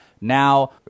now